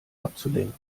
abzulenken